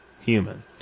human